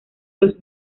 los